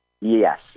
Yes